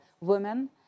women